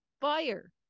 fire